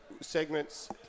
segments